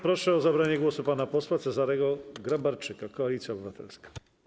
Proszę o zabranie głosu pana posła Cezarego Grabarczyka, Koalicja Obywatelska.